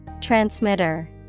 Transmitter